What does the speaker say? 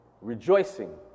rejoicing